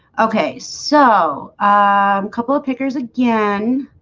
okay, so a couple of pickers again